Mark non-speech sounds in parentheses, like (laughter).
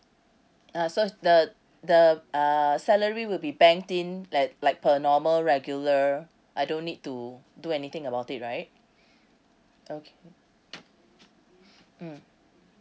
uh so the the uh salary will be banked in at like per normal regular I don't need to do anything about it right okay (breath) mm